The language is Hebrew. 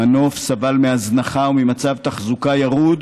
המנוף סבל מהזנחה וממצב תחזוקה ירוד,